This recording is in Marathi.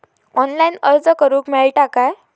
ऑनलाईन अर्ज करूक मेलता काय?